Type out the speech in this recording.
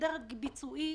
כדרג ביצועי,